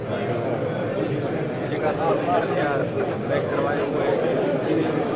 हाँ जो पीछे का सर वो क्या बैक करवाए हैं वो है के वो भी नहीं